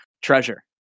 treasure